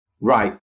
Right